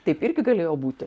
taip irgi galėjo būti